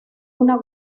una